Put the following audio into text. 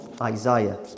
Isaiah